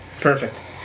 Perfect